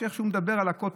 איך שהוא מדבר על הכותל,